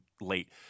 late